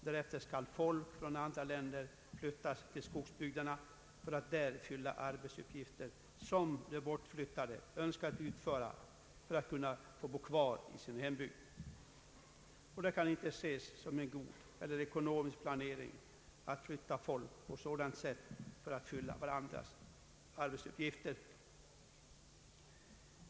Därefter skall folk från andra länder flyttas till skogsbygderna för att där fylla arbetsuppgifter, som de bortflyttade önskat utföra för att kunna få bo kvar i sin hembygd. Det kan inte ses som en god eller ekonomisk planering att flytta folk på sådant sätt för att fylla varandras arbetsuppgifter.